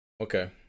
Okay